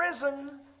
prison